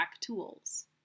tools